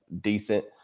decent